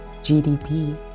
GDP